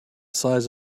size